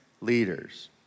Leaders